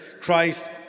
Christ